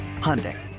Hyundai